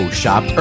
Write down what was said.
shop